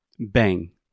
Bang